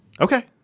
Okay